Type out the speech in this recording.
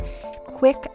Quick